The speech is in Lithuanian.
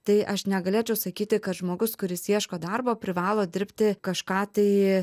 tai aš negalėčiau sakyti kad žmogus kuris ieško darbo privalo dirbti kažką tai